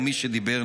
ומי שדיבר,